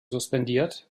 suspendiert